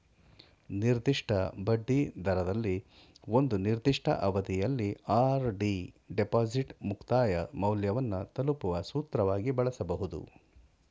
ನಿರ್ದಿಷ್ಟ ಬಡ್ಡಿದರದಲ್ಲಿ ಒಂದು ನಿರ್ದಿಷ್ಟ ಅವಧಿಯಲ್ಲಿ ಆರ್.ಡಿ ಡಿಪಾಸಿಟ್ ಮುಕ್ತಾಯ ಮೌಲ್ಯವನ್ನು ತಲುಪುವ ಸೂತ್ರವಾಗಿ ಬಳಸಬಹುದು